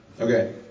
Okay